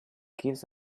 gives